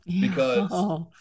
because-